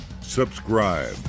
subscribe